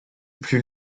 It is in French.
plus